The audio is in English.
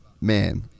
man